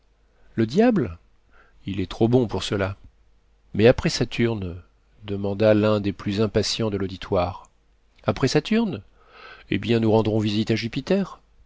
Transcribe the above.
le diable il est trop bon pour cela mais après saturne demanda l'un des plus impatients de l'auditoire après saturne eh bien nous rendrons visite à jupiter